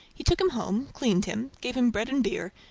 he took him home, cleaned him, gave him bread and beer,